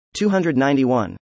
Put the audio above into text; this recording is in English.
291